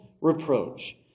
reproach